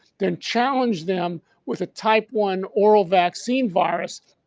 then challenged them with a type one oral vaccine virus.